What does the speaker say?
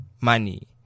money